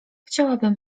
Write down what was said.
chciałabym